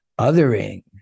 othering